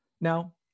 Now